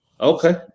Okay